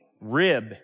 rib